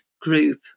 group